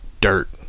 dirt